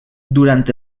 durant